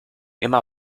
immer